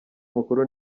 mukuru